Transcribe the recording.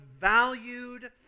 valued